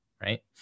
right